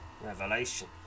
revelation